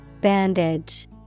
Bandage